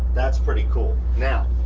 that's pretty cool. now